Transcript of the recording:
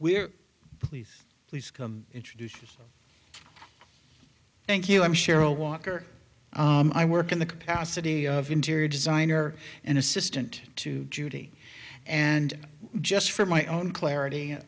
we're please please come introduce thank you i'm cheryl walker i work in the capacity of interior designer and assistant to judy and just for my own